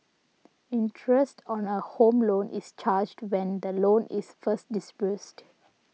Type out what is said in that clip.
interest on a Home Loan is charged when the loan is first disbursed